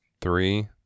three